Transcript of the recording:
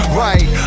right